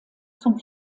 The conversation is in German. zum